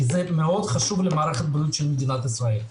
זה מאוד חשוב למערכת הבריאות של מדינת ישראל.